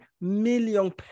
million